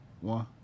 one